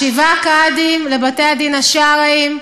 שבעה קאדים לבתי-הדין השרעיים.